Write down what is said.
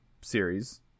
series